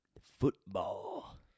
football